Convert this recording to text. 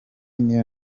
niyo